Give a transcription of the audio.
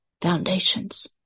Foundations